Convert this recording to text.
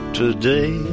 today